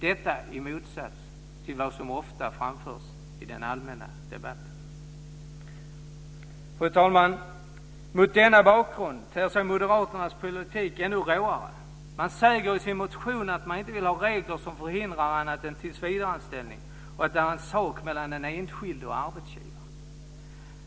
Detta i motsats till vad som ofta framförs i den allmänna debatten. Fru talman! Mot denna bakgrund ter sig moderaternas politik ännu råare. Man säger i sin motion att man inte vill ha regler som förhindrar annat än tillsvidareanställning och att det är en sak mellan den enskilde och arbetsgivaren.